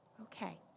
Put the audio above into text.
okay